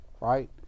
right